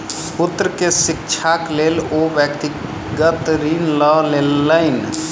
पुत्र के शिक्षाक लेल ओ व्यक्तिगत ऋण लय लेलैन